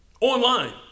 online